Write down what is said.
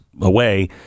away